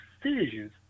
decisions